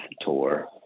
tour